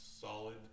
solid